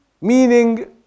Meaning